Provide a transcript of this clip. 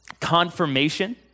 confirmation